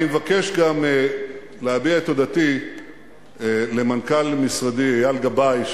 אני מבקש גם להביע את תודתי למנכ"ל משרדי אייל גבאי,